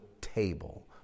table